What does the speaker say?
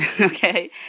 Okay